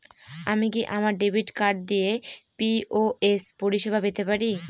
আমি কি আমার ডেবিট কার্ড দিয়ে পি.ও.এস পরিষেবা পেতে পারি?